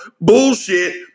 bullshit